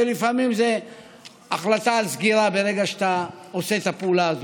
ולפעמים זה החלטה על סגירה ברגע שאתה עושה את הפעולה הזאת.